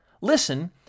Listen